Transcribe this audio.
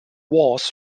was